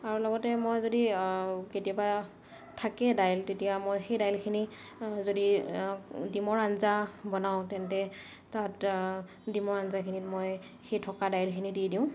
আৰু লগতে মই যদি কেতিয়াবা থাকে দাইল তেতিয়া মই সেই দাইলখিনি যদি ডিমৰ আঞ্জা বনাওঁ তেন্তে তাত ডিমৰ আঞ্জাখিনিত মই সেই থকা দাইলখিনি দি দিওঁ